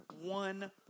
one